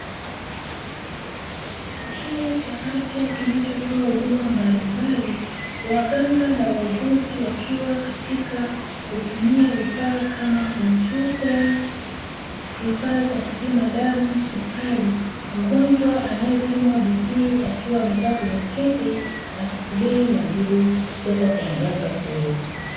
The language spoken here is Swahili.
Kituo cha afya kinachotoa huduma mbalimbali waganga na wauguzi wakiwa katika kutumia vifaa kama kompyuta, kifaa cha kupima damu, sukari. Mgonjwa anaepimwa "BP" akiwa amekaa kwenye kiti akisubiri majibu kutoka kwa mganga huyo.